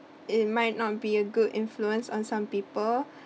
it might not be a good influence on some people